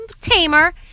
tamer